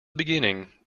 beginning